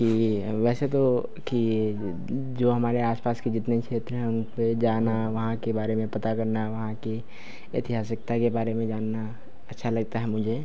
कि वैसे तो कि जो हमारे आसपास के जीतने क्षेत्र हैं उनपे जाना वहां के बारे में पता करना वहां की ऐतिहासिकता के बारे में जानना अच्छा लगता है मुझे